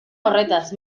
horretaz